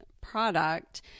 product